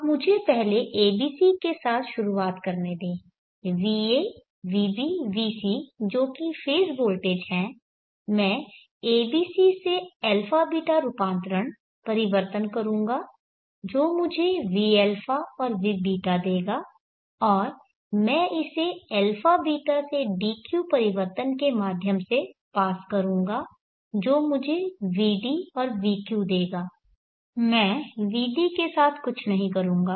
अब मुझे पहले abc के साथ शुरू करने दें va vb vc जो कि फेज़ वोल्टेज हैं मैं abc से αβ रूपांतरण परिवर्तन करूंगा जो मुझे vα और vβ देगा और मैं इसे αβ से dq परिवर्तन के माध्यम से पास करूँगा जो मुझे vd और vq देगा मैं vd के साथ कुछ नहीं करूँगा